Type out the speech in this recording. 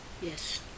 Yes